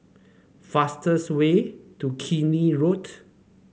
fastest way to Keene Road